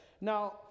Now